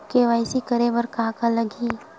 KYC करे बर का का लगही?